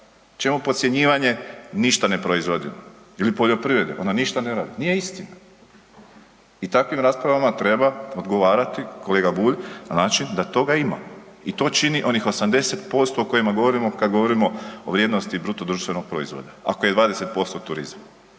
Čemu podcjenjivanje ništa ne proizvodimo? Ili poljoprivrede, ona ništa ne radi. Nije istina i takvim raspravama treba odgovarati, kolega Bulj na način da toga ima i to čini onih 80% o kojima govorimo kad govorimo o vrijednosti BDP-a ako je 20% turizma.